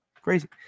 Crazy